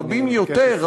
רבים יותר,